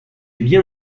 bien